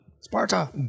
Sparta